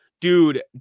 Dude